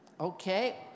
okay